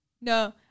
No